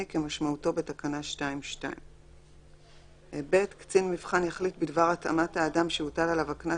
כמשמעותו בתקנה 2(2). קצין מבחן יחליט בדבר התאמת האדם שהוטל עליו הקנס